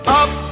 up